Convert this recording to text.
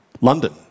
London